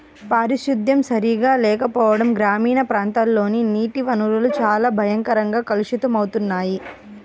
పారిశుద్ధ్యం సరిగా లేకపోవడం గ్రామీణ ప్రాంతాల్లోని నీటి వనరులు చాలా భయంకరంగా కలుషితమవుతున్నాయి